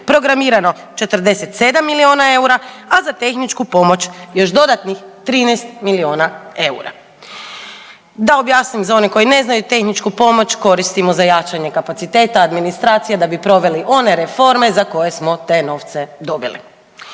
programirano 47 milijuna eura, a za tehničku pomoć još dodatnih 13 milijuna eura. Da objasnim za one koji ne znaju, tehničku pomoć koristimo za jačanje kapaciteta administracije da bi proveli one reforme za koje smo te novce dobili.